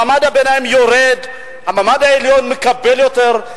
מעמד הביניים יורד, המעמד העליון מקבל יותר.